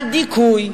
על דיכוי,